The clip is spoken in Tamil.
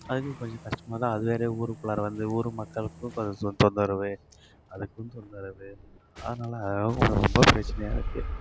அதுக்கும் கொஞ்சம் கஷ்டமாக தான் அது வேறு ஊருக்குள்ளாற வந்து ஊர் மக்களுக்கும் தொந்தரவு அதுக்கும் தொந்தரவு அதனால் ரொம்ப பிரச்சனையாருக்குது